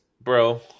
bro